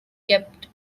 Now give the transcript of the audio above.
kept